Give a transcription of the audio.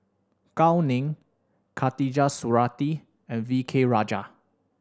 Gao Ning Khatijah Surattee and V K Rajah